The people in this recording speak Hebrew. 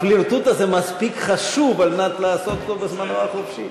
הפלירטוט הזה מספיק חשוב על מנת לעשות אותו בזמנו החופשי.